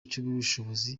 cy’ubushobozi